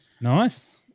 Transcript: Nice